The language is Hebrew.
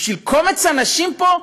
בשביל קומץ אנשים פה,